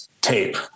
tape